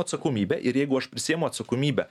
atsakomybę ir jeigu aš prisiimu atsakomybę